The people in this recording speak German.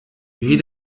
wie